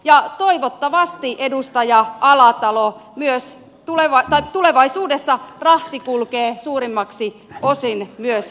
ja toivottavasti edustaja alatalo tulevaisuudessa rahti kulkee suurimmaksi osin myös raiteilla